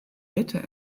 wette